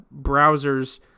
browsers